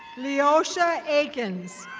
leosha aikens.